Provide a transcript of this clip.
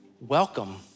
welcome